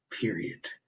period